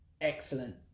excellent